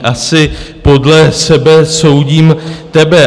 Asi podle sebe soudím tebe.